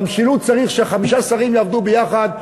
למשילות צריך שחמישה שרים יעבדו ביחד,